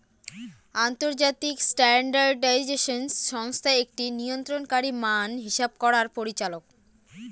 আন্তর্জাতিক স্ট্যান্ডার্ডাইজেশন সংস্থা একটি নিয়ন্ত্রণকারী মান হিসাব করার পরিচালক